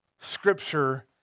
Scripture